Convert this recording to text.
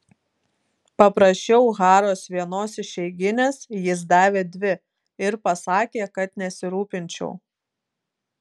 paprašiau haros vienos išeiginės jis davė dvi ir pasakė kad nesirūpinčiau